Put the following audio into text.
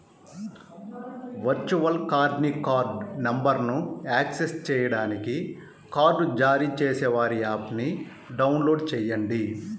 virtual కార్డ్ని card నంబర్ను access చేయడానికి కార్డ్ జారీ చేసేవారి యాప్ని డౌన్లోడ్ చేయండి